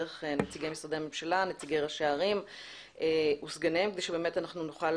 דרך נציגי משרדי הממשלה ונציגי ראשי הערים וסגניהם כדי להגיע שנוכל